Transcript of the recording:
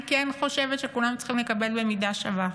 אני כן חושבת שכולם צריכים לקבל במידה שווה.